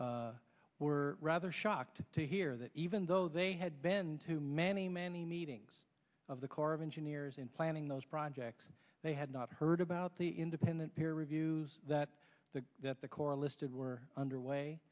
protection were rather shocked to hear that even though they had been to many many meetings of the corps of engineers in planning those projects they had not heard about the independent peer reviews that the that the corps listed were underway